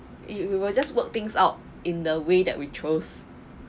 it we will just work things out in the way that we chose